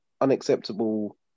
unacceptable